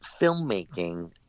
filmmaking